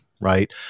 right